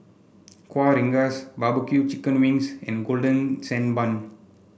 Kueh Rengas barbecue Chicken Wings and Golden Sand Bun